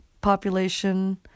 population